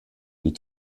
die